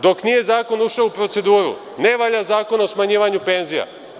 Dok nije zakon ušao u proceduru, ne valja Zakon o smanjivanju penzija.